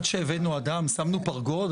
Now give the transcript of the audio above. עד שהבאנו אדם, שמנו פרגוד.